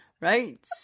Right